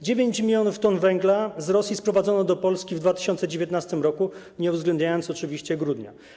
9 mln t węgla z Rosji sprowadzono do Polski w 2019 r., nie uwzględniając oczywiście grudnia.